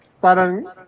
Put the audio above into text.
parang